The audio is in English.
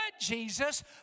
Jesus